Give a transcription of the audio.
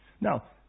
Now